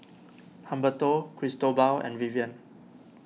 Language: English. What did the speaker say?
Humberto Cristobal and Vivian